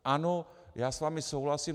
Ano, já s vámi souhlasím.